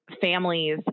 families